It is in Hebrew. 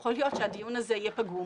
יכול להיות שהדיון הזה יהיה פגום,